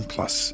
Plus